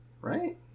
Right